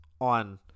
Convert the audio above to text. on